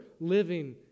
living